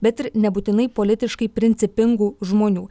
bet ir nebūtinai politiškai principingų žmonių